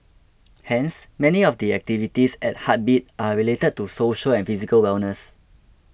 hence many of the activities at Heartbeat are related to social and physical wellness